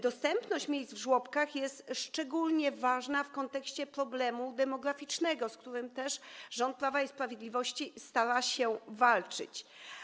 Dostępność miejsc w żłobkach jest szczególnie ważna w kontekście problemu demograficznego, z którym rząd Prawa i Sprawiedliwości też stara się walczyć.